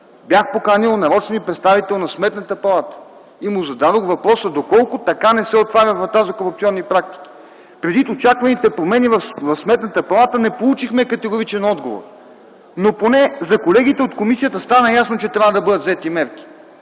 бях поканил нарочен представител на Сметната палата и му зададох въпроса доколко така не се отваря врата за корупционни практики. Предвид очакваните промени в Сметната палата не получихме категоричен отговор, но поне за колегите от комисията стана ясно, че трябва да бъдат взети мерки.